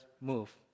move